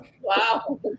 Wow